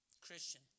Christian